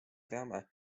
teame